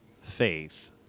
faith